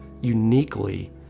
uniquely